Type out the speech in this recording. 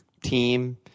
team